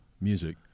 music